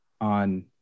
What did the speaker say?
on